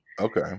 Okay